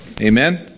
Amen